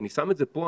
אני שם את זה פה,